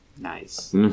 Nice